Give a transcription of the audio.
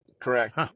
Correct